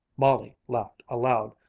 molly laughed aloud.